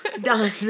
Done